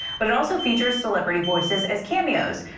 but it also features celebrity voices as cameos.